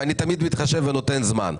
ואני תמיד מתחשב ונותן זמן.